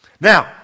Now